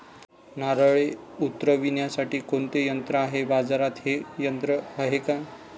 नारळे उतरविण्यासाठी कोणते यंत्र आहे? बाजारात हे यंत्र आहे का?